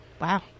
Wow